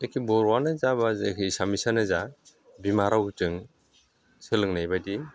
जायखि बर'आनो जा एबा जायखि एसामिसानो जा बिमा रावजों सोलोंनाय बायदि